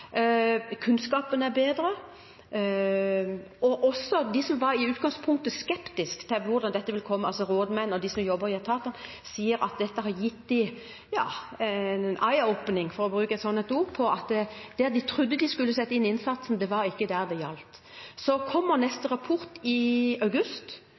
Kunnskapen er bedre, og også de som i utgangspunktet var skeptiske til hvordan dette ville bli, altså rådmenn og de som jobber i etatene, sier at dette har gitt dem en «eye-opening», for å bruke et slikt ord, på at det stedet de trodde de skulle sette inn innsatsen, var ikke der det gjaldt. Neste rapport kommer i august,